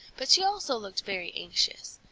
but she also looked very anxious.